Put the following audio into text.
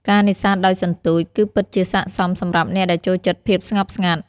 ការនេសាទដោយសន្ទូច គឺពិតជាស័ក្ដិសមសម្រាប់អ្នកដែលចូលចិត្តភាពស្ងប់ស្ងាត់។